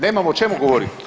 Nemamo o čemu govoriti.